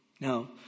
Now